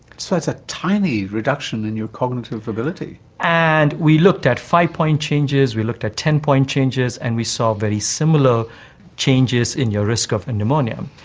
so it's a tiny reduction in your cognitive ability. and we looked at five-point changes, we looked at ten point changes, and we saw very similar changes in your risk of and pneumonia.